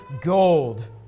gold